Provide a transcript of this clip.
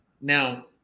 Now